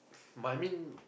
my mean